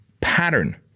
pattern